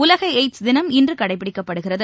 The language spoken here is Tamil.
உலக எய்ட்ஸ் தினம் இன்று கடைப்பிடிக்கப்படுகிறது